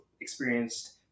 experienced